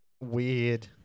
weird